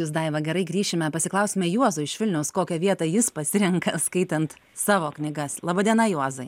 jus daiva gerai grįšime pasiklausime juozo iš vilniaus kokią vietą jis pasirenka skaitant savo knygas laba diena juozai